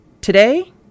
today